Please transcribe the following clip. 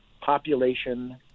population